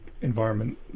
environment